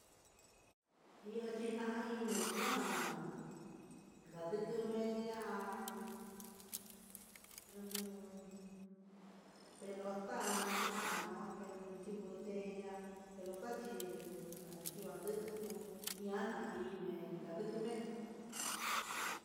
Iha china'a nendujan ngaduku me'e ña'an ujun pelota xhikano pelota xhi botella pelota chí kuu chuvadutuku iha imen ka'a ndukume'e.